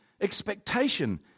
expectation